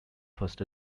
first